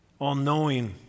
all-knowing